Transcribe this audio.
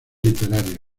literarios